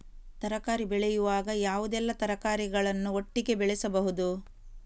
ತರಕಾರಿ ಬೆಳೆಯುವಾಗ ಯಾವುದೆಲ್ಲ ತರಕಾರಿಗಳನ್ನು ಒಟ್ಟಿಗೆ ಬೆಳೆಸಬಹುದು?